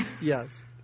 Yes